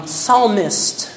psalmist